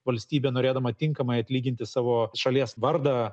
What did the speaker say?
valstybė norėdama tinkamai atlyginti savo šalies vardą